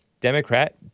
Democrat